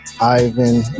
Ivan